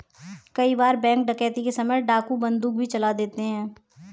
कई बार बैंक डकैती के समय डाकू बंदूक भी चला देते हैं